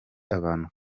abantu